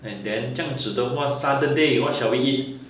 and then 这样子的话 saturday what shall we eat